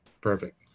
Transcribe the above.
Perfect